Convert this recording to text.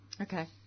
Okay